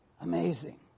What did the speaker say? Amazing